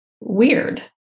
weird